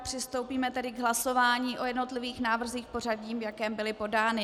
Přistoupíme tedy k hlasování o jednotlivých návrzích v pořadí, v jakém byly podány.